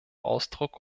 ausdruck